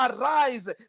arise